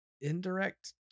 indirect